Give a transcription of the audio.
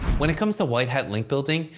when it comes to white-hat link building,